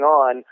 on